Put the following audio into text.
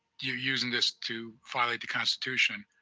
you're using this to violate the constitution,